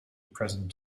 present